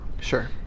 Sure